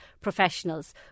Professionals